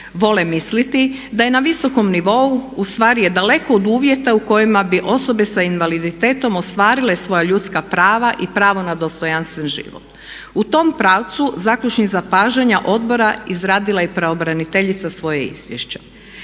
vole misliti da je na visokom nivou, u stvari je daleko od uvjeta u kojima bi osobe sa invaliditetom ostvarile svoja ljudska prav i pravo na dostojanstven život. U tom pravcu zaključnik zapažanja Odbora izradila je pravobraniteljica svoje izvješće.